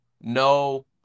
No